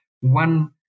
one